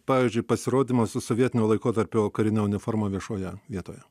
pavyzdžiui pasirodymas su sovietinio laikotarpio karine uniforma viešoje vietoje